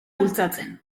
bultzatzen